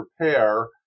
prepare